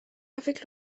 avec